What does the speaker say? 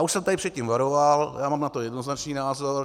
Už jsem tady před tím varoval, mám na to jednoznačný názor.